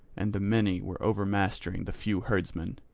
and the many were overmastering the few herdsmen.